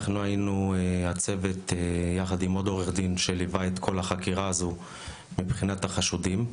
אנחנו היינו הצוות יחד עם עו"ד שליווה את כל החקירה הזו מבחינת החשודים.